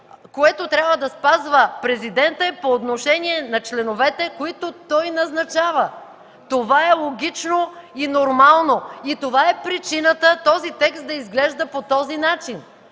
което трябва да спазва президентът, е по отношение на членовете, които той назначава. Това е логично и нормално и това е причината този текст да изглежда по този начин.